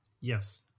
Yes